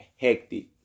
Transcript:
hectic